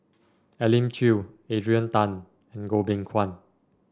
Elim Chew Adrian Tan and Goh Beng Kwan